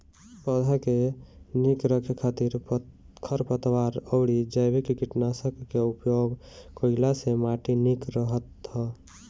पौधा के निक रखे खातिर खरपतवार अउरी जैविक कीटनाशक के उपयोग कईला से माटी निक रहत ह